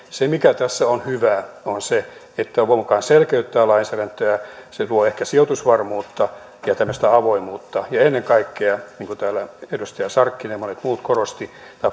se mikä tässä on hyvää on se että tämä toivon mukaan selkeyttää lainsäädäntöä se luo ehkä sijoitusvarmuutta ja tämmöistä avoimuutta ja ennen kaikkea niin kuin täällä edustaja sarkkinen ja monet muut korostivat